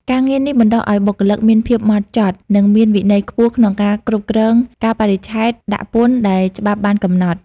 ការងារនេះបណ្តុះឱ្យបុគ្គលិកមានភាពហ្មត់ចត់ និងមានវិន័យខ្ពស់ក្នុងការគ្រប់គ្រងកាលបរិច្ឆេទដាក់ពន្ធដែលច្បាប់បានកំណត់។